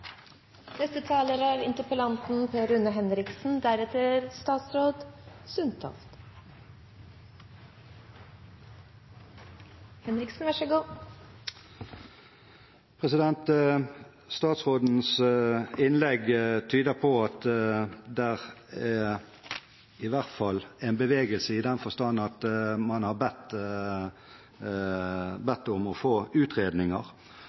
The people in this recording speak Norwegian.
Statsrådens innlegg tyder på at det i hvert fall er en bevegelse, i den forstand at man har bedt om å få utredninger